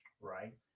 Right